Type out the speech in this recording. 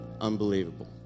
unbelievable